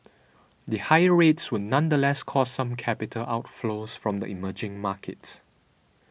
the higher rates would nonetheless cause some capital outflows from emerging markets